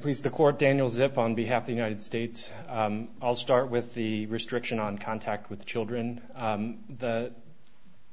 please the court daniels if on behalf of the united states i'll start with the restriction on contact with children the